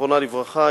זיכרונה לברכה,